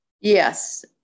Yes